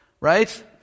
right